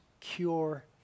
cure